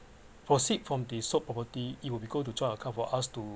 proceed from the sold property it will be go to joint account for us to